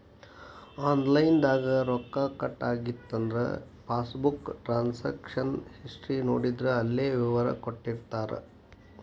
online ದಾಗ ರೊಕ್ಕ cut ಆಗಿದನ್ನ ಪಾಸ್ಬುಕ್ ಟ್ರಾನ್ಸಕಶನ್ ಹಿಸ್ಟಿ ನೋಡಿದ್ರ ಅಲ್ಲೆ ವಿವರ ಕೊಟ್ಟಿರ್ತಾರ